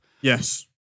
yes